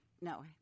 No